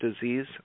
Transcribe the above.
disease